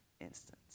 instance